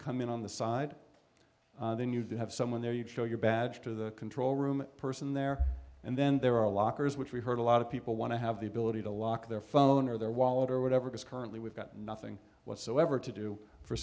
come in on the side then you have someone there you show your badge to the control room person there and then there are lockers which we heard a lot of people want to have the ability to lock their phone or their wallet or whatever it is currently we've got nothing whatsoever to do for